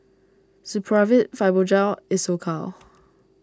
Supravit Fibogel Isocal